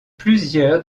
plusieurs